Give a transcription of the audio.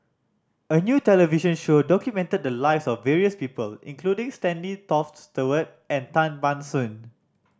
a new television show documented the lives of various people including Stanley Toft Stewart and Tan Ban Soon